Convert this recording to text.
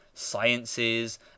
sciences